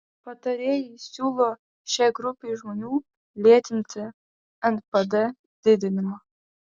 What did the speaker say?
patarėjai siūlo šiai grupei žmonių lėtinti npd didinimą